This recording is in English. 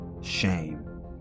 shame